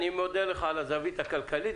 אני מודה לך על הזווית שסיפקת לנו.